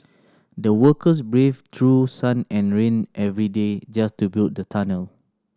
the workers braved through sun and rain every day just to build the tunnel